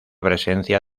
presencia